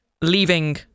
leaving